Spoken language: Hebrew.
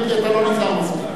אם כי אתה לא נזהר מספיק.